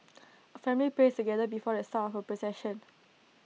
A family prays together before the start of procession